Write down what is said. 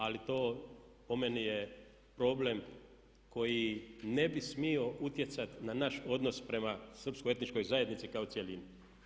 Ali to po meni je problem koji ne bi smio utjecati na naš odnos prema srpsko etničkoj zajednici kao cjelini.